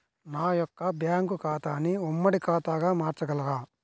నా యొక్క బ్యాంకు ఖాతాని ఉమ్మడి ఖాతాగా మార్చగలరా?